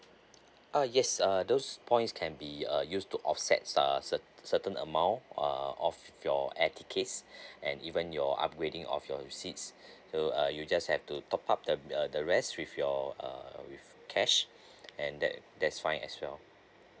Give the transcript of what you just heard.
uh yes err those points can be uh used to offset uh cer~ certain amount uh off your air tickets and even your upgrading of your seats so uh you just have to top up the the the rest with your err with cash and that that's fine as well